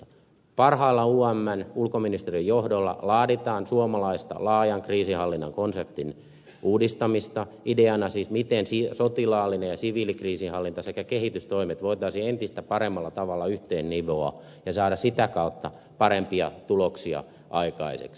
parhaillaan umn ulkoministeriön johdolla laaditaan suomalaista laajan kriisinhallinnan konseptin uudistamista jonka ideana siis on miten sotilaallinen ja siviilikriisinhallinta sekä kehitystoimet voitaisiin entistä paremmalla tavalla yhteennivoa ja voitaisiin saada sitä kautta parempia tuloksia aikaiseksi